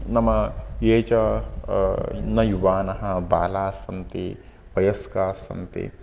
नाम ये च न युवानः बालाः सन्ति वयस्काः सन्ति